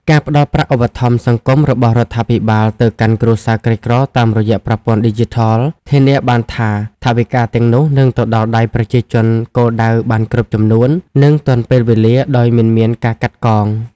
ការផ្ដល់ប្រាក់ឧបត្ថម្ភសង្គមរបស់រដ្ឋាភិបាលទៅកាន់គ្រួសារក្រីក្រតាមរយៈប្រព័ន្ធឌីជីថល ធានាបានថាថវិកាទាំងនោះនឹងទៅដល់ដៃប្រជាជនគោលដៅបានគ្រប់ចំនួន និងទាន់ពេលវេលាដោយមិនមានការកាត់កង។